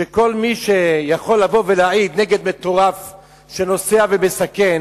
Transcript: שכל מי שיכול לבוא ולהעיד נגד מטורף שנוסע ומסכן